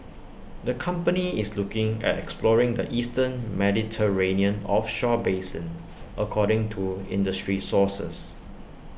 the company is looking at exploring the eastern Mediterranean offshore basin according to industry sources